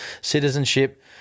citizenship